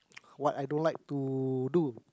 what I don't like to do